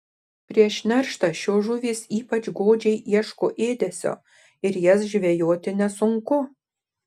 prieš nerštą šios žuvys ypač godžiai ieško ėdesio ir jas žvejoti nesunku